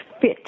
fit